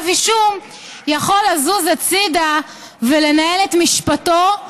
אישום יכול לזוז הצידה ולנהל את משפטו,